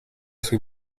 sui